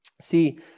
See